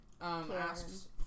asks